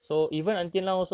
oh